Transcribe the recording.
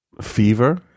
Fever